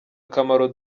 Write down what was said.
akamaro